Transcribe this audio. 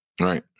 Right